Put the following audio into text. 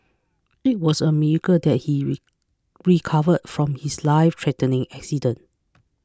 it was a miracle that he recovered from his life threatening accident